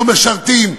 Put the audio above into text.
לא משרתים,